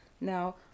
Now